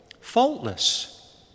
faultless